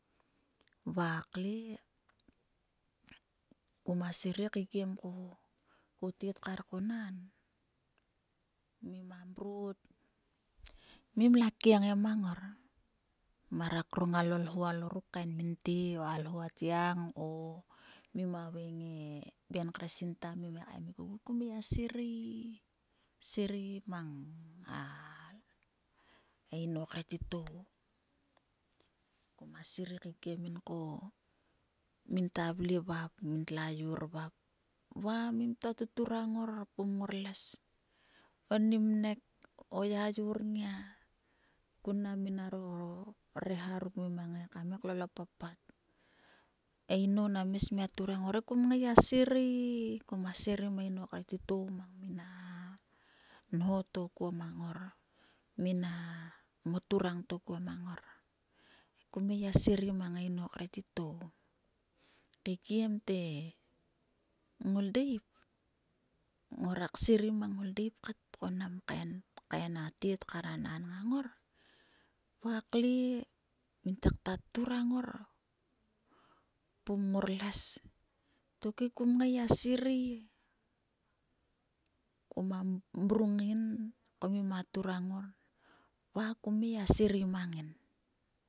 Va kle kuma sirei keikiemko ko tet kar ko nan mima mrot. mimla kiengia mang ngor mheva krong allo ihou aloruk kaen min te o a lhou a tgiang o mima veng e ben kre sinta kmemik ogu he kum ngai serei mang e inou kre titou. Kuma sirei keikieminko minta vle vop mintlla yor vop, va ngimtua tuturang ngar pum ngor les. Oni vnek o yayor nngia kun mnam nginaro reha ruk ngoma ngaikam lol o papat. E inou nam smia ngai kturang ngor he kum gia sirei. Kuma sivei mang e inou kre titou ko mnam mina nho to kuo mang ngor. Mma moturang to kuo mang ngor kum ngai gia sirei mang e inou kre titou keikiemte. Ngoldeip ngorak sirei mang ngoldeip kat ko nam kaen. kaen a tet kar a namn ngang ngor va kle ngin takta turang ngor pum ngor lles, tokhe kum ngai gia sirei he kuma mrung ngin ko ngima turang ngor va kam ngai gia sirei mang ngin.